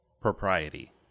propriety